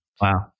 Wow